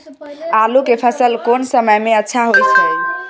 आलू के फसल कोन समय में अच्छा होय छै?